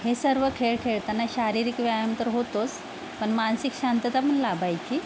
हे सर्व खेळ खेळताना शारीरिक व्यायाम तर होतोस पण मानसिक शांतता पण लाभायची